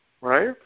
Right